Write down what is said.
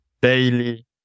daily